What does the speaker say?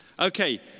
Okay